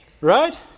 Right